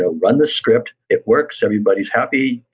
so run the scripts, it works, everybody is happy,